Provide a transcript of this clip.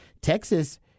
Texas